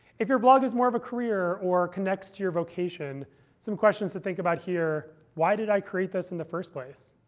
if your blog is more of a career or connects to your vocation some questions to think about here. why did i create this in the first place?